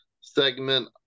segment